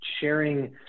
sharing